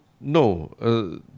no